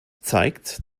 zeigt